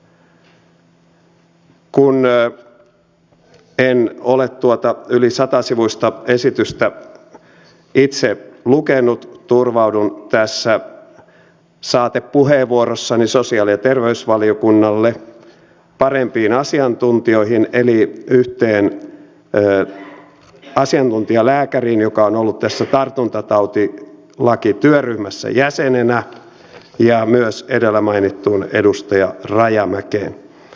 kun en ole tuota yli satasivuista esitystä itse lukenut turvaudun tässä saatepuheenvuorossani sosiaali ja terveysvaliokunnalle parempiin asiantuntijoihin eli yhteen asiantuntijalääkäriin joka on ollut tässä tartuntatautilakityöryhmässä jäsenenä ja myös edellä mainittuun edustaja rajamäkeen